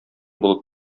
булып